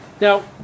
now